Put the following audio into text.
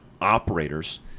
operators